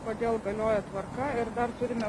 kodėl galiojo tvarka ir dar turime